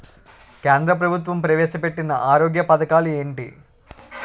కేంద్ర ప్రభుత్వం ప్రవేశ పెట్టిన ఆరోగ్య పథకాలు ఎంటి?